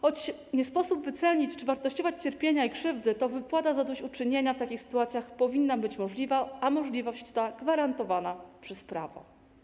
Choć nie sposób wycenić czy wartościować cierpienie i krzywdę, to wypłata zadośćuczynienia w takich sytuacjach powinna być możliwa, a możliwość ta powinna być gwarantowana przez prawo.